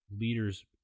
leaders